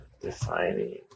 defining